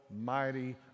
mighty